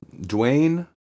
Dwayne